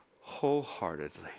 wholeheartedly